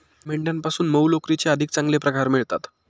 मेंढ्यांपासून मऊ लोकरीचे अधिक चांगले प्रकार मिळतात